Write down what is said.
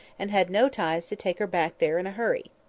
and had no ties to take her back there in a hurry.